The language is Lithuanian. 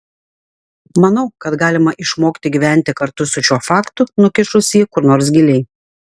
manau kad galima išmokti gyventi kartu su šiuo faktu nukišus jį kur nors giliai